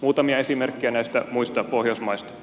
muutamia esimerkkejä näistä muista pohjoismaista